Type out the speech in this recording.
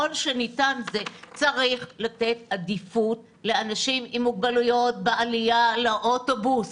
צריך לתת עדיפות לאנשים עם מוגבלויות בעלייה לאוטובוס.